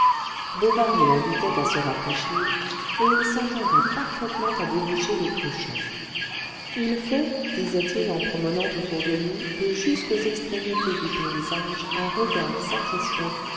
bovary l'invitait à se rafraîchir et il s'entendait parfaitement à déboucher les cruchons il faut disait-il en promenant autour de lui et jusqu'aux extrémités du paysage un regard satisfait